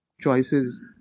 choices